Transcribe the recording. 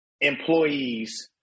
employees